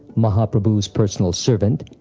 mahaprabhu's personal servant,